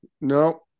No